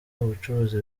ubucuruzi